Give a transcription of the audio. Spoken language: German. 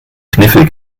kniffel